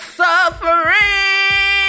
suffering